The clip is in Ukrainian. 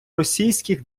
російських